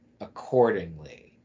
accordingly